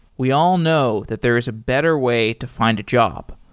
we all know that there is a better way to find a job.